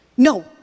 no